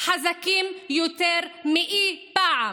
חזקה יותר מאי פעם,